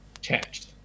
changed